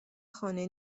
خانه